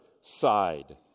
side